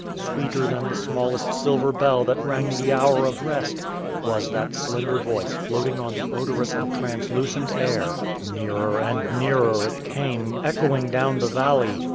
sweeter than the smallest silver bell that rang the hour of rest was that slender voice floating on the odorous and translucent air. nearer and nearer it came, echoing down the valley,